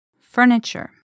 Furniture